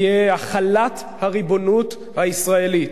יהיה החלת הריבונות הישראלית